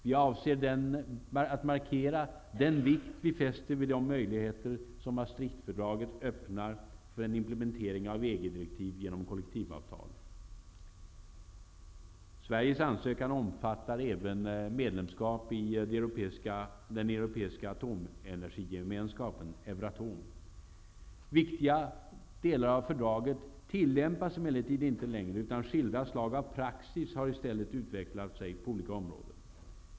Vi avser att markera den vikt vi fäster vid de möjligheter som Maastrichtfördraget öppnar för en implementering av EG-direktiv genom kollektivavtal. Sveriges ansökan omfattar även medlemskap i den europeiska atomenergigemenskapen, Euratom. Viktiga delar av fördraget tillämpas emellertid inte längre, utan skilda slag av praxis har i stället utvecklats på området.